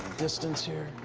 distance here.